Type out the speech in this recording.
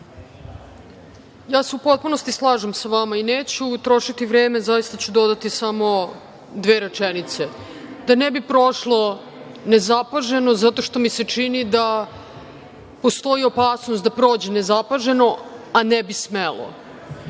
Ja se u potpunosti slažem sa vama i neću utrošiti vreme, zaista ću dodati samo dve rečenice da ne bi prošlo nezapaženo, zato što mi se čini da postoji opasnost da prođe nezapaženo, a ne bi smelo. Oni